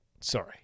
Sorry